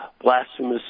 blasphemous